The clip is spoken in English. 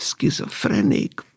schizophrenic